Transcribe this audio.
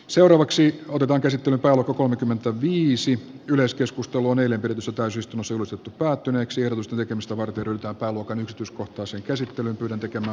seuraavaksi otetaan käsittelyyn alku kolmekymmentäviisi yleiskeskustelu nelinpeli sotaisesti osuisi päättyneeksi alusta vetämistä varten ja palokan yksityiskohtaisen käsittelyn tekemä